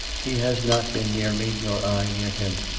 he has not been near me, nor i near him.